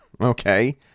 Okay